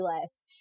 list